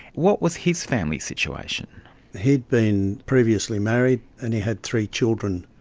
what was his family situation? he had been previously married and he had three children.